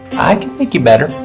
i can think you better,